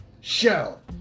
Shell